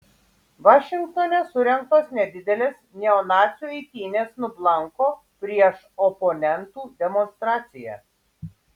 vašingtone surengtos nedidelės neonacių eitynės nublanko prieš oponentų demonstraciją